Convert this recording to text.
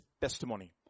testimony